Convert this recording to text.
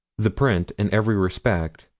the print, in every respect,